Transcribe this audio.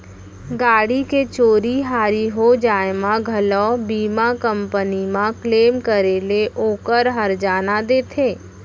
गाड़ी के चोरी हारी हो जाय म घलौ बीमा कंपनी म क्लेम करे ले ओकर हरजाना देथे